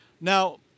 Now